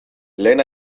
lehen